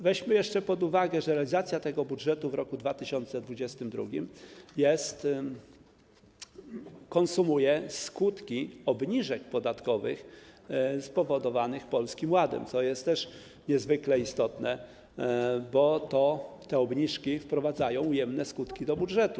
Weźmy jeszcze pod uwagę, że realizacja tego budżetu w roku 2022 konsumuje skutki obniżek podatkowych spowodowanych Polskim Ładem, co jest też niezwykle istotne, bo te obniżki wprowadzają ujemne skutki do budżetu.